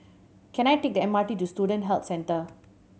can I take the M R T to Student Health Centre